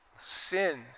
sin